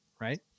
right